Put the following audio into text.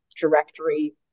directory